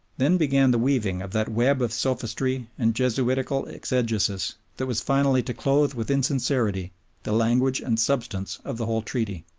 then began the weaving of that web of sophistry and jesuitical exegesis that was finally to clothe with insincerity the language and substance of the whole treaty.